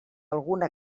alguna